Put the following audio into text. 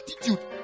attitude